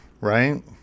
right